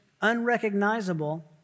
unrecognizable